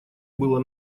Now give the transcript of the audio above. было